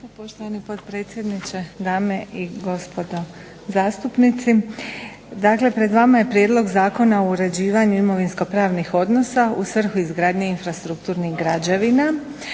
poštovani potpredsjedniče. Dame i gospodo zastupnici. Dakle pred vama je Prijedlog zakona o uređivanju imovinskopravnih odnosa u svrhu izgradnje infrastrukturnih građevina,